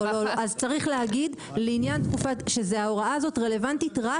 אז רציך להגיד שההוראה הזאת רלוונטית רק